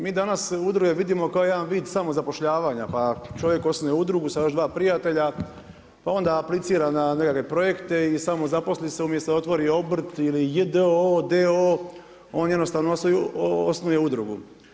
Mi danas udruge vidimo kao jedan vid samozapošljavanja pa čovjek ako osnuje udrugu sa još dva prijatelja pa onda aplicira na nekakve projekte i samo zaposli se umjesto otvori obrt ili j.d.o.o., d.o.o., on jednostavno osnuje udrugu.